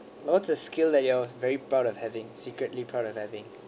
lots of skill that you are very proud of having secretly proud of having